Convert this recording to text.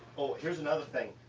oh, here's another thing.